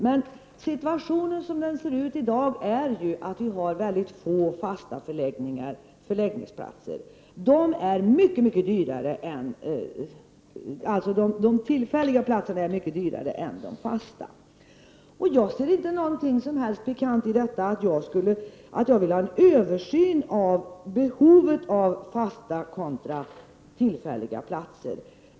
Men situationen i dag är den att det finns få fasta förläggningsplatser, och de tillfälliga platserna är mycket dyrare än de fasta. Jag ser inte något som helst pikant i detta att jag vill ha en översyn av behovet av fasta kontra tillfälliga platser.